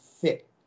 fit